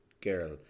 girl